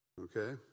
okay